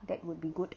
that would be good